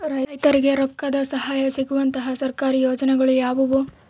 ರೈತರಿಗೆ ರೊಕ್ಕದ ಸಹಾಯ ಸಿಗುವಂತಹ ಸರ್ಕಾರಿ ಯೋಜನೆಗಳು ಯಾವುವು?